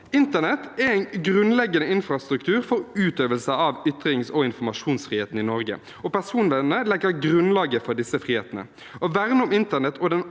Internett er en grunnleggende infrastruktur for utøvelse av ytrings- og informasjonsfriheten i Norge, og personvernet legger grunnlaget for disse frihetene. Å verne om internett og den